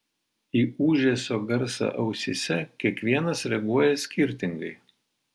į ūžesio garsą ausyse kiekvienas reaguoja skirtingai